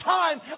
time